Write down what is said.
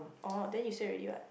oh then you said already what